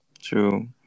True